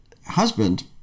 husband